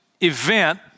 event